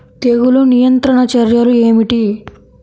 తెగులు నియంత్రణ చర్యలు ఏమిటి?